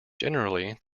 generally